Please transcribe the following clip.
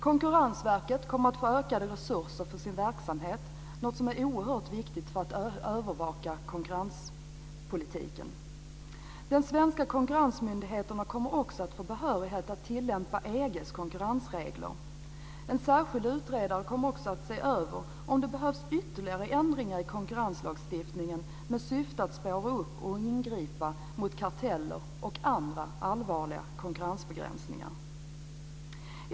Konkurrensverket kommer att få ökade resurser för sin verksamhet, något som är oerhört viktigt för att övervaka konkurrenspolitiken. Den svenska konkurrensmyndigheten kommer också att få behörighet att tillämpa EG:s konkurrensregler. En särskild utredare kommer att se över om det behövs ytterligare ändringar i konkurrenslagstiftningen med syfte att spåra upp och ingripa mot karteller och andra allvarliga konkurrensbegränsningar.